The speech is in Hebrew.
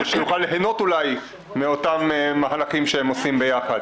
ליהנות אולי מאותם מהלכים שהם עושים ביחד.